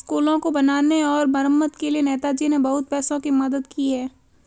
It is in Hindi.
स्कूलों को बनाने और मरम्मत के लिए नेताजी ने बहुत पैसों की मदद की है